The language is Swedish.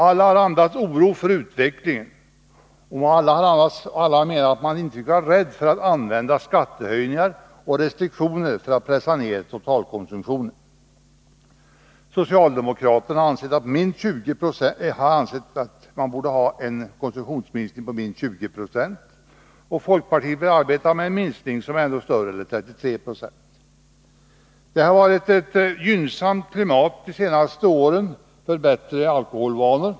Alla har andats oro för utvecklingen, och alla har menat att man inte får vara rädd för att använda skattehöjningar och restriktioner för att pressa ner totalkonsumtionen. Socialdemokraterna har ansett att man borde ha en konsumtionsminskning på minst 20 96. Folkpartiet har arbetat för en ännu större minskning — 3320. Det har varit ett gynnsamt klimat de senaste åren för bättre alkoholvanor.